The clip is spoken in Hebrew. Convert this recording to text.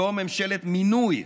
זו ממשלת מינוי,